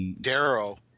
Darrow